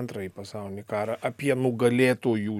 antrąjį pasaulinį karą apie nugalėtojų